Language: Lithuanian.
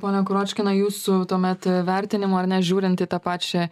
ponia kuročkina jūsų tuomet vertinimu ar ne žiūrint į tą pačią